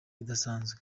idasanzwe